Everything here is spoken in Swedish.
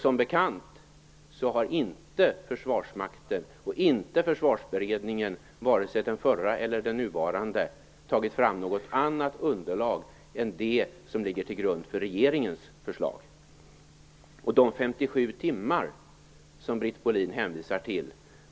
Som bekant har inte Försvarsmakten och försvarsberedningen, vare sig den förra eller den nuvarande, tagit fram något annat underlag än det som ligger till grund för regeringens förslag. Britt Bohlin hänvisar till dessa 57 timmar.